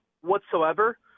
whatsoever